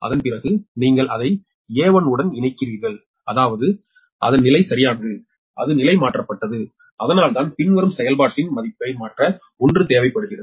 அதன்பிறகு நீங்கள் அதை A1 உடன் இணைக்கிறீர்கள் அதாவது அதன் நிலை சரியானது அது நிலை மாற்றப்பட்டது அதனால்தான் பின்வரும் செயல்பாட்டின் மதிப்பை மாற்ற 1 தேவைப்படுகிறது